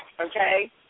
okay